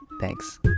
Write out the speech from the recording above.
Thanks